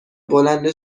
بلند